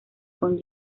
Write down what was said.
con